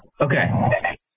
Okay